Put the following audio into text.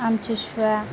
आमथिसुवा